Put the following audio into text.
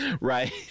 right